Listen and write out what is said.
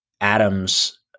Adam's